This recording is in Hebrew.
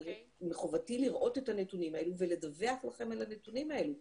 ומחובתי לראות את הנתונים האלה ולדווח לכם על הנתונים האלה.